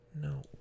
No